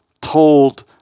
told